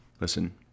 Listen